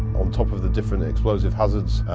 on top of the different explosive hazards,